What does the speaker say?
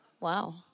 Wow